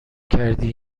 کردی